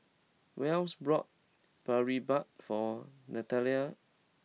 Wells brought Boribap for Nathalie